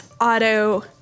auto